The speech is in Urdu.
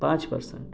پانچ پرسینٹ